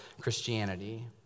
Christianity